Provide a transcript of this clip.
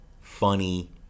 funny